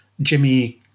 Jimmy